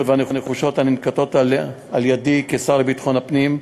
והנחושות הננקטות על-ידי כשר לביטחון הפנים,